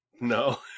No